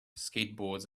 skateboards